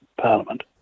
Parliament